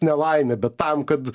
nelaimė bet tam kad